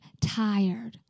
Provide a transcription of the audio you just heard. tired